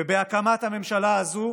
ובהקמת הממשלה הזו